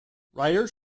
writers